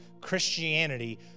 Christianity